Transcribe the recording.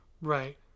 Right